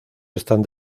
están